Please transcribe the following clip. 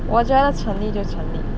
我觉得成立就成立